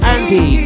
Andy